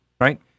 Right